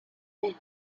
help